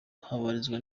haribazwa